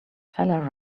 feller